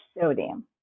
sodium